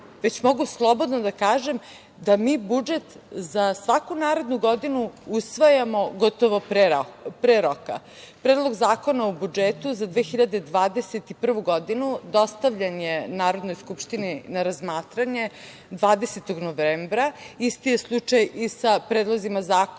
već mogu slobodno da kažem da mi budžet za svaku narednu godinu usvajamo gotovo pre roka. Predlog zakona o budžetu za 2021. godinu dostavljen je Narodnoj skupštini na razmatranje 20. novembra. Isti je slučaj i sa predlozima zakona